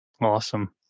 Awesome